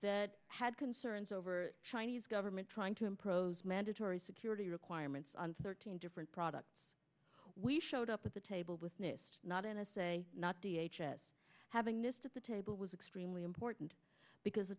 that had concerns over chinese government trying to impose mandatory security requirements on thirteen different products we showed up at the table with nist not n s a not v h s having nist at the table was extremely important because the